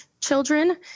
children